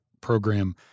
program